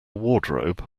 wardrobe